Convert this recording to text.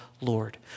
Lord